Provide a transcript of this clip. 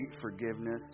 forgiveness